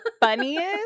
funniest